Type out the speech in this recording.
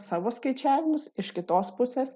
savo skaičiavimus iš kitos pusės